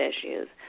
issues